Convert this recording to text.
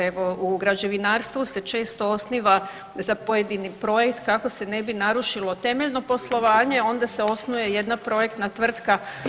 Evo u građevinarstvu se često osniva za pojedini projekt kako se ne bi narušilo temeljno poslovanje onda se osnuje jedna projektna tvrtka.